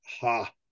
ha